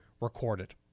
recorded